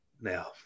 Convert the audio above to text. Now